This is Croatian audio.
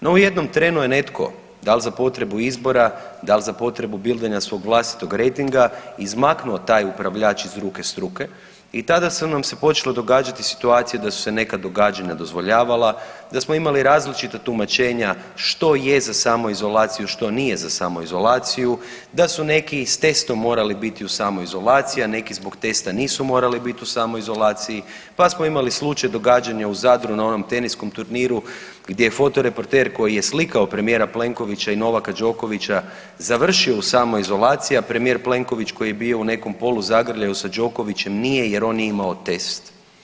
No, u jednom trenu je netko, da li za potrebu izbora, da li za potrebu bildanja svog vlastitog rejtinga izmaknuo taj upravljač iz ruke struke i tada su nam se počele događati situacije da su se neka događanja dozvoljavala, da smo imali različita tumačenja što je za samoizolaciju, što nije za samoizolaciju, da su neki i s testom morali biti u samoizolaciji, a neki zbog testa nisu morali biti u samoizolaciji, pa smo imali slučaj događanja u Zadru na onom teniskom turniru gdje je fotoreporter koji je slikao premijera Plenkovića i Novaka Đokovića završio u samoizolaciji, a premijer Plenković koji je bio u nekom poluzagrljaju sa Đokovićem nije jer on nije imao test.